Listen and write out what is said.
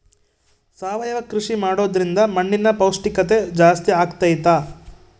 ಸಾವಯವ ಕೃಷಿ ಮಾಡೋದ್ರಿಂದ ಮಣ್ಣಿನ ಪೌಷ್ಠಿಕತೆ ಜಾಸ್ತಿ ಆಗ್ತೈತಾ?